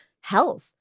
Health